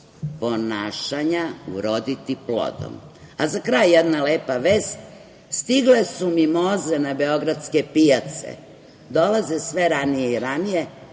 ponašanja uroditi plodom.Za kraj jedna lepa vest. Stigle su mimoze na beogradske pijace. Dolaze sve ranije i ranije,